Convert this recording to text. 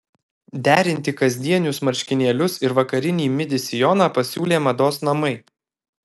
derinti kasdienius marškinėlius ir vakarinį midi sijoną pasiūlė mados namai